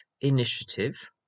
initiative